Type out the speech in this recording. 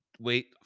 Wait